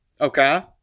okay